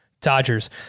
Dodgers